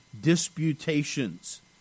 disputations